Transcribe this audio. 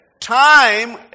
time